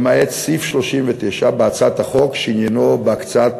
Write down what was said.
למעט סעיף 39 בהצעת החוק שעניינו הקצאת